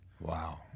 Wow